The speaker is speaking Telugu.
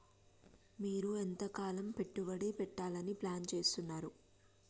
మీరు ఎంతకాలం పెట్టుబడి పెట్టాలని ప్లాన్ చేస్తున్నారు?